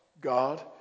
God